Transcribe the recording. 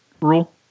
rule